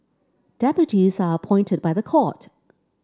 deputies are appointed by the court